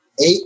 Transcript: eight